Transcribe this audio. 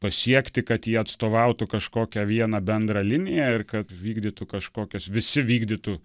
pasiekti kad jie atstovautų kažkokią vieną bendrą liniją ir kad vykdytų kažkokias visi vykdytų